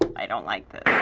i don't like